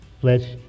flesh